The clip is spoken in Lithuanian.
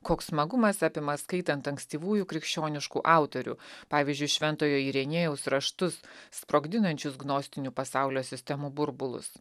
koks smagumas apima skaitant ankstyvųjų krikščioniškų autorių pavyzdžiui šventojo ireniejaus raštus sprogdinančius gnostinių pasaulio sistemų burbulus